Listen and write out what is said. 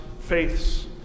faith's